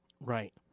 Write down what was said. Right